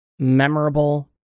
memorable